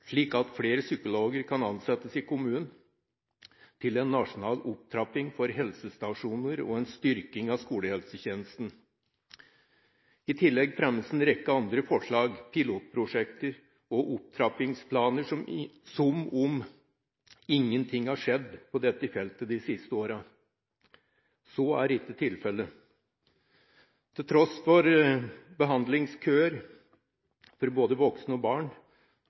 kan ansettes i kommunen, til en nasjonal opptrapping for helsestasjoner og en styrking av skolehelsetjenesten. I tillegg fremmes en rekke andre forslag, pilotprosjekter og opptrappingsplaner, som om ingenting har skjedd på dette feltet de siste årene. Så er ikke tilfellet. Til tross for behandlingskøer for både voksne og barn,